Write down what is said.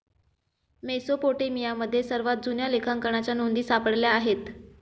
मेसोपोटेमियामध्ये सर्वात जुन्या लेखांकनाच्या नोंदी सापडल्या आहेत